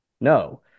No